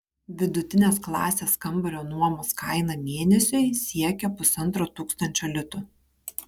vidutinės klasės kambario nuomos kaina mėnesiui siekia pusantro tūkstančio litų